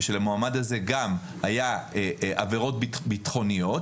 ושלמועמד הזה גם היו עבירות בטחוניות,